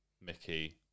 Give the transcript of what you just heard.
Mickey